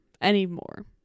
anymore